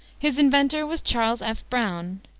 his inventor was charles f. browne,